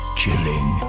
chilling